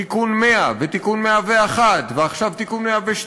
תיקון 100, ותיקון 101, ועכשיו תיקון 102,